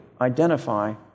identify